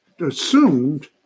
assumed